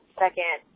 second